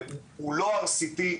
הוא לא RCT,